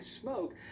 smoke